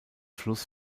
fluss